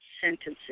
sentences